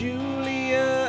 Julia